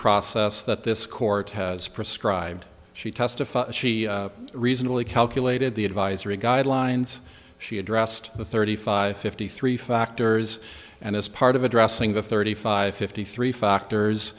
process that this court has prescribed she testified she reasonably calculated the advisory guidelines she addressed the thirty five fifty three factors and as part of addressing the thirty five fifty three factors